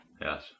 Yes